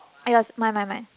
!aiya! mine mine mine